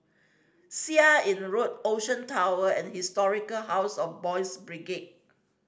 Seah Im Road Ocean Tower and Historic House of Boys' Brigade